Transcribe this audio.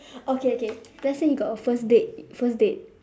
okay okay let's say you got a first date first date